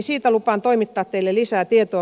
siitä lupaan toimittaa teille lisää tietoa